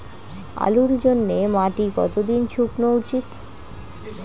আলুর জন্যে মাটি কতো দিন শুকনো উচিৎ?